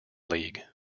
league